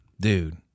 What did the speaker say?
Dude